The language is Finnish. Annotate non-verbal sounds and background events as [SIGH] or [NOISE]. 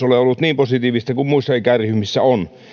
[UNINTELLIGIBLE] ole ollut niin positiivista kuin muissa ikäryhmissä on